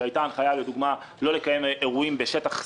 כשהיתה הנחיה לא לקיים אירועים מעל 300 איש בשטח סגור,